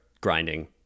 grinding